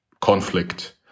conflict